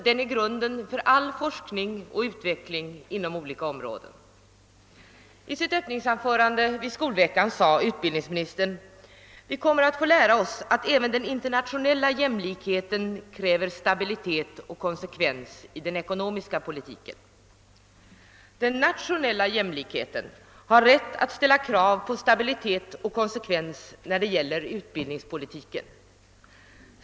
Den är grunden för all forskning och utveckling inom olika områden. I sitt öppningsanförande vid skolveckan sade utbildningsministern: >»Vi kommer att få lära oss att även den internationella jämlikheten kräver stabilitet och konsekvens i den ekonomiska politiken.» Den nationella jämlikheten har rätt att ställa krav på stabilitet och konse kvens när det gäller utbildningspolitiken.